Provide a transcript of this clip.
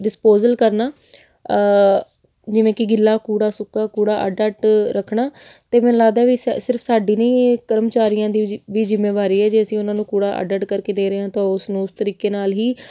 disposal ਕਰਨਾ ਜਿਵੇਂ ਕਿ ਗਿੱਲਾ ਕੂੜਾ ਸੁੱਕਾ ਕੂੜਾ ਅੱਡ ਅੱਡ ਰੱਖਣਾ ਅਤੇ ਮੈਨੂੰ ਲੱਗਦਾ ਵੀ ਸਿ ਸਿਰਫ ਸਾਡੀ ਨਹੀਂ ਇਹ ਕਰਮਚਾਰੀਆਂ ਦੀ ਵੀ ਜੀ ਵੀ ਜ਼ਿੰਮੇਵਾਰੀ ਹੈ ਜੇ ਅਸੀਂ ਉਹਨਾਂ ਨੂੰ ਕੂੜਾ ਅੱਡ ਅੱਡ ਕਰਕੇ ਦੇ ਰਹੇ ਹਾਂ ਤਾਂ ਉਸ ਨੂੰ ਉਸ ਤਰੀਕੇ ਨਾਲ ਹੀ